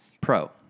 Pro